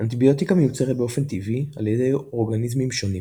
אנטיביוטיקה מיוצרת באופן טבעי על ידי אורגניזמים שונים.